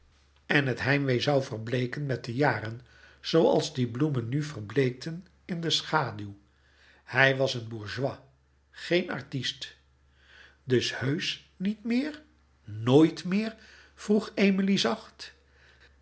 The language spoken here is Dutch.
en het heimwee zoû verbleeken met de jaren zooals die bloemen nu verbleekten in de schaduw hij was een bourgeois geen artist dus heusch niet meer nooit meer vroeg emilie zacht